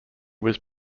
was